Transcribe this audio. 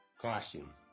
costume